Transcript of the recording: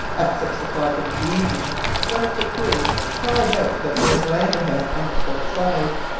at six o'clock in the evening one of the crew cried out that there was land ahead on the port side.